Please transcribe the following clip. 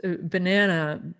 Banana